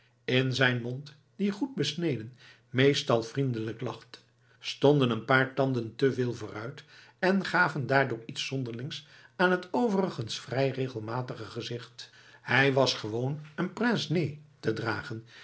in zijn mond die goed besneden meestal vriendelijk lachte stonden een paar tanden te veel vooruit en gaven daardoor iets zonderlings aan het overigens vrij regelmatige gelaat hij was gewoon een pince-nez te dragen